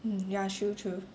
mm ya true true